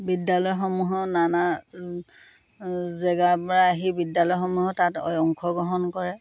বিদ্যালয়সমূহেও নানা জেগাৰ পৰা আহি বিদ্যালয়সমূহেও তাত অ অংশগ্ৰহণ কৰে